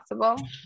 possible